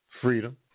freedom